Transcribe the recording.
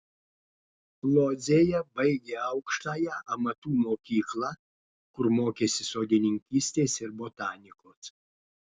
lodzėje baigė aukštąją amatų mokyklą kur mokėsi sodininkystės ir botanikos